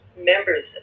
members